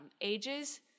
ages